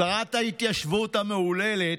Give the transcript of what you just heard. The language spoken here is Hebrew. שרת ההתיישבות המהוללת,